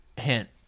Hint